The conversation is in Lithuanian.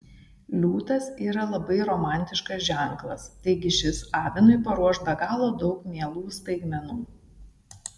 liūtas yra labai romantiškas ženklas taigi šis avinui paruoš be galo daug mielų staigmenų